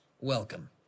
welcome